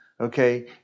Okay